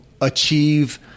achieve